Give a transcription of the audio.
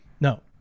No